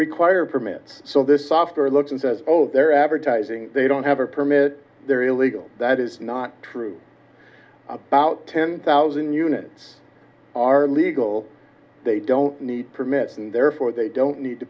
require permits so this oscar looks and says oh they're advertising they don't have a permit they're illegal that is not true about ten thousand units are legal they don't need permits and therefore they don't need to